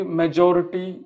majority